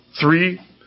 three